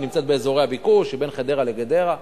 היא נמצאת באזורי הביקוש שבין חדרה לגדרה.